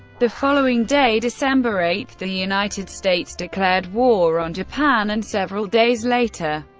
the following day, december eight, the united states declared war on japan, and several days later,